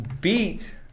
beat